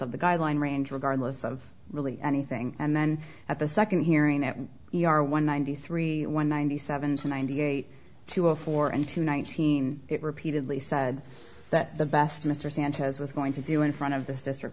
of the guideline range regardless of really anything and then at the second hearing that you are one ninety three one ninety seven to ninety eight to a four and to nineteen it repeatedly said that the best mr sanchez was going to do in front of this district